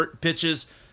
pitches